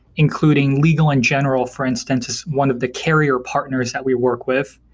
including legal and general for instance is one of the carrier partners that we work with.